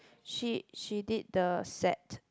she she did the set